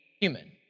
human